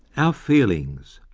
our feelings,